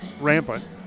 rampant